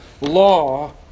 law